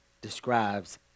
describes